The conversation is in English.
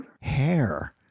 hair